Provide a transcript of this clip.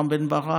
רם בן ברק,